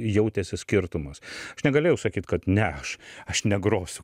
jautėsi skirtumas aš negalėjau sakyt kad ne aš aš negrosiu